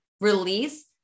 release